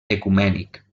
ecumènic